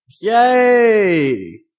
Yay